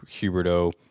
Huberto